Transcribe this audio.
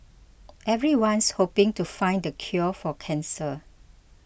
everyone's hoping to find the cure for cancer